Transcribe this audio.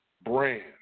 brand